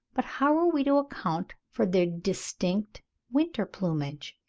but how are we to account for their distinct winter plumage?